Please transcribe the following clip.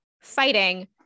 fighting